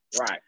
right